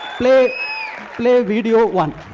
play play video one.